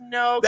no